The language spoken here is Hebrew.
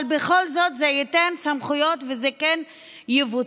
אבל בכל זאת זה ייתן סמכויות וזה כן יבוצע.